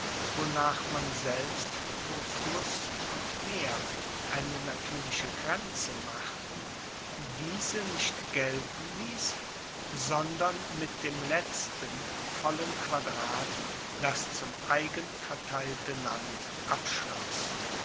wonach man selbst wo fluss und meer eine natuerliche grenze machten diese nicht gelten liess sondern mit dem letzten vollen quadrat das zum eigen verteilte land abschloss